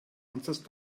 ansatz